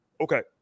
Okay